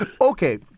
Okay